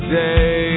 day